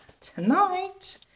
tonight